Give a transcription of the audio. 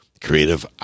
creative